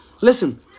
listen